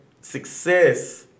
success